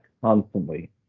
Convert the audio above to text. constantly